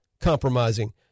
compromising